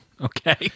Okay